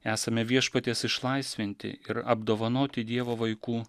esame viešpaties išlaisvinti ir apdovanoti dievo vaikų